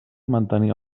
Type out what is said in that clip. mantenir